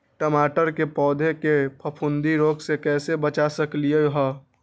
टमाटर के पौधा के फफूंदी रोग से कैसे बचा सकलियै ह?